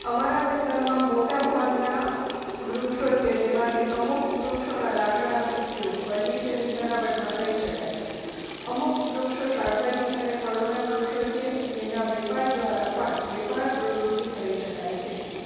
અમારા વિસ્તારમાં મોટાં ભાગનાં વૃક્ષો છે જેમાંથી અમુક વૃક્ષોનાં લાકડાનો ઉપયોગ ફર્નિચરની બનાવટમાં કરી શકાય છે અમુક વૃક્ષો શાકભાજી અને ફળોનાં વૃક્ષો છે જેનાં વેપાર દ્વારા પણ વેપાર પ્રવૃત્તિ કરી શકાય છે